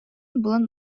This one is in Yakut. булан